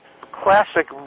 classic